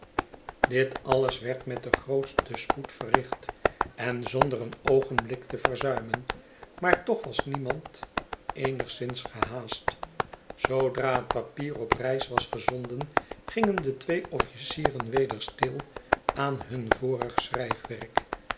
dit alles werd met den grootsten spoed verricht en zonder een oogenblik te verzuimen maar toch was niemand eenigszins gehaast zoodra het papier op reis was gezonden gingen de twee officieren weder stil aan hun vorig schrijfwerk